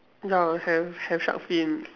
ya have have shark fin